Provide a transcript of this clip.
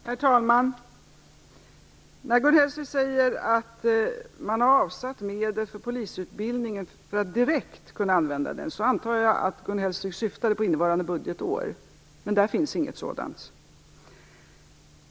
Herr talman! När Gun Hellsvik säger att Moderaterna har avsatt medel för polisutbildning för att direkt kunna använda dem antar jag att hon syftade på innevarande budgetår. Men där finns inget sådant.